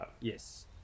Yes